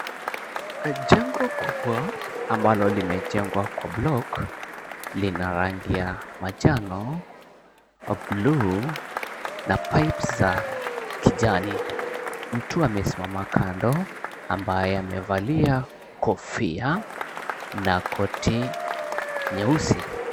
Jengo kubwa ambalo limejengwa kwa block , lina rangi ya manjano, buluu, na pipes za kijani. Mtu amesimama kando ambaye amevalia kofia na koti nyeusi.